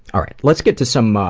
alright, let's get to some ah,